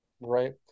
Right